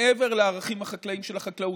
מעבר לערכים החקלאיים של החקלאות,